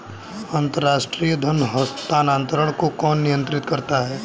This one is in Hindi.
अंतर्राष्ट्रीय धन हस्तांतरण को कौन नियंत्रित करता है?